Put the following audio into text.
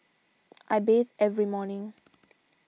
I bathe every morning